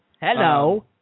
Hello